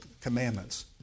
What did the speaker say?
commandments